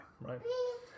right